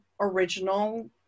original